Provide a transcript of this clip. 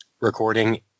recording